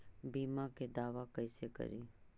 बीमा के दावा कैसे करी?